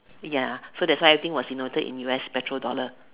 ya so that's why everything was in noted in U_S petrol dollar